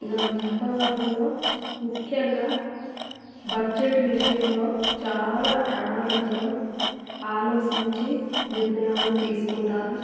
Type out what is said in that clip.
నా వ్యాపారంలో ముఖ్యంగా బడ్జెట్ విషయంలో చాలా ప్రణాళికతో ఆలోచించి నిర్ణయాలు తీసుకుంటాను